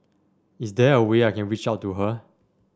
is there a way I can reach out to her